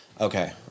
Okay